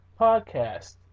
podcast